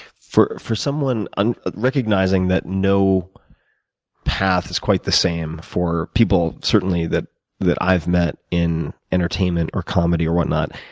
for for someone and recognizing that no path is quite the same for people that, certainly, that that i've met in entertainment, or comedy, or whatnot